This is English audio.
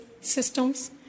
systems